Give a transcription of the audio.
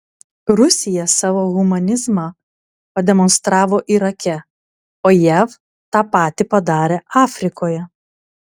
rusija savo humanizmą pademonstravo irake o jav tą patį padarė afrikoje